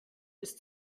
ist